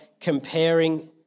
comparing